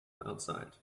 outside